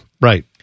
right